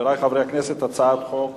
חברי חברי הכנסת, הצעת חוק